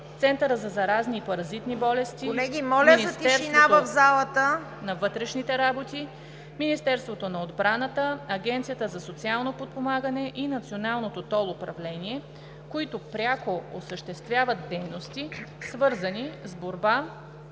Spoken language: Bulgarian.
на вътрешните работи, Министерството на отбраната, Агенцията за социално подпомагане и Националното тол управление, които пряко осъществяват дейности, свързани с борба